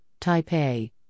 Taipei